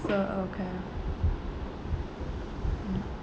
so okay mm